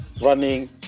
Running